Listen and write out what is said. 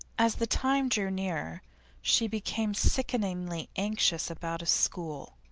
as the time drew nearer she became sickeningly anxious about a school.